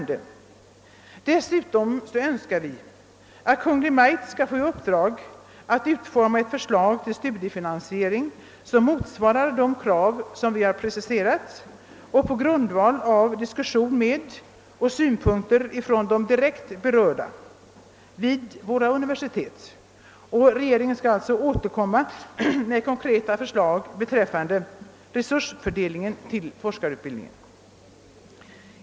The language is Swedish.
Dessutom önskar vi att Kungl. Maj:t skall få i uppdrag att utforma ett förslag till studiefinansiering, som motsvarar de krav vi preciserat och att på grundval av diskussion med och synpunkter från de direkt berörda vid våra universitet återkomma med konkreta förslag beträffande resursfördelningen till forskarutbildningen.